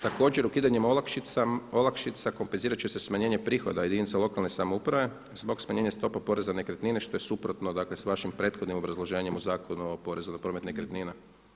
Također ukidanjem olakšica kompenzirat će se smanjenje prihoda jedinica lokalne samouprave zbog smanjenja stopa porez na nekretnine što je suprotno s vašim prethodnim obrazloženjem u Zakonu o porezu na promet nekretnina.